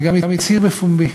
וגם הצהיר בפומבי